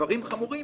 דברים חמורים